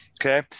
okay